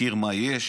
מכיר מה יש,